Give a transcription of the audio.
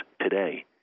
today